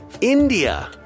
India